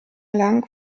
lang